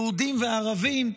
יהודים וערבים,